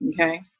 Okay